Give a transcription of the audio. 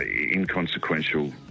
inconsequential